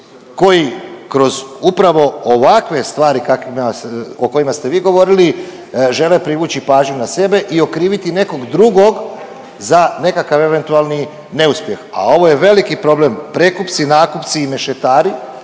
koji kroz upravo ovakve stvari kakvima, o kojima ste vi govorili žele privući pažnju na sebe i okriviti nekog drugog za nekakav eventualni neuspjeh. A ovo je veliki problem prekupci, nakupci i mešetari